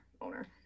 owner